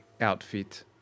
outfit